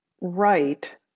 right